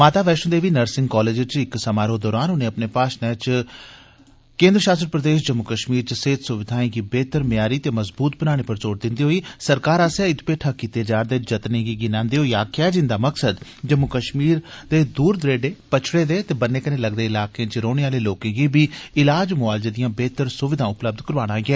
माता Vaishno Devi nursing college च इक समारोह दौरान अपने भाषणै च उपराज्यपाल होरें केन्द्र शासत प्रदेश जम्मू कश्मीर च सेहत सुविधाएं गी बेहतर म्यारी ते मजबूत बनाने पर जोर दिन्दे होई सरकार आसेया इत भैठा कीते जा रदे जतने गी गिनांदे होई आक्खेया जे इन्दा मकसद जम्मू कश्मीर दे दूर दरेडे पछड़े दे ते बन्ने कन्नै लगदे इलाकें च रौहने आलें लोर्के गी बी इलाज म्आलजे दियां बेहतर स्विधा उपलब्ध कराना ऐ